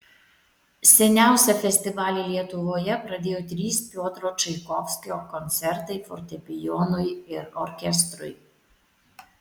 seniausią festivalį lietuvoje pradėjo trys piotro čaikovskio koncertai fortepijonui ir orkestrui